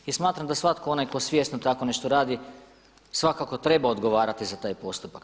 I smatram da svatko onaj tko svjesno tako nešto radi svakako treba odgovarati za taj postupak.